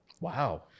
Wow